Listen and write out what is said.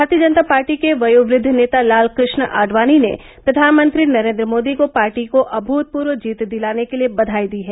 भारतीय जनता पार्टी के वयोवद्ध नेता लाल क्रष्ण आडवाणी ने प्रधानमंत्री नरेंद्र मोदी को पार्टी को अभूतपूर्व जीत दिलाने के लिए बधाई दी है